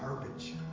garbage